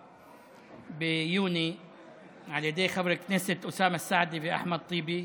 עברה ביוני על ידי חבר הכנסת אוסאמה סעדי ואחמד טיבי.